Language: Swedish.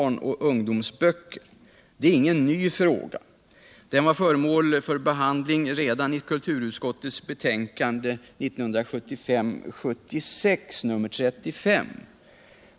Nog om detta. 76:35.